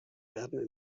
werden